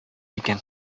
икән